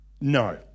No